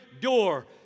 door